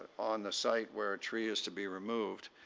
on the site where a tree is to be removed.